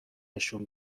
نشون